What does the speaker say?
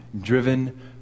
driven